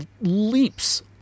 leaps